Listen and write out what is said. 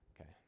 Okay